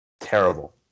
terrible